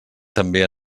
també